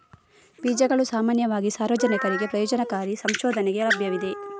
ಬೀಜಗಳು ಸಾಮಾನ್ಯವಾಗಿ ಸಾರ್ವಜನಿಕರಿಗೆ ಪ್ರಯೋಜನಕಾರಿ ಸಂಶೋಧನೆಗೆ ಲಭ್ಯವಿವೆ